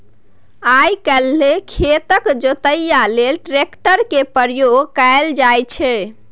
आइ काल्हि खेतक जोतइया लेल ट्रैक्टर केर प्रयोग कएल जाइ छै